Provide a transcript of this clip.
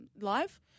live